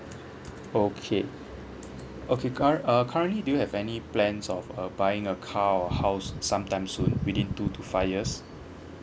okay okay cur~ uh currently do you have any plans of uh buying a car or house sometime soon within two to five years